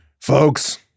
folks